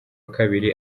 kabiri